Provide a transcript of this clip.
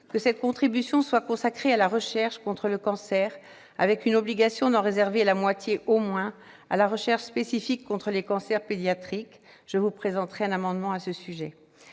que cette contribution soit consacrée à la recherche contre le cancer, avec l'obligation d'en réserver la moitié au moins à la recherche spécifique contre les cancers pédiatriques. Je vous présenterai un amendement à ce sujet.